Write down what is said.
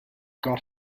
got